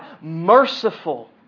merciful